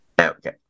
Okay